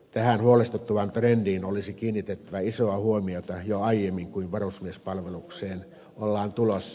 tähän huolestuttavaan trendiin olisi kiinnitettävä isoa huomiota jo aiemmin kuin varusmiespalvelukseen ollaan tulossa